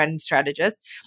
strategist